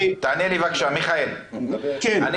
תענה לי בבקשה: אתם,